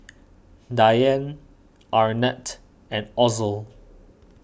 Dianne Arnett and Ozell